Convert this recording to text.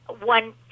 one